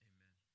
Amen